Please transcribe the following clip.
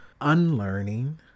unlearning